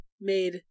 made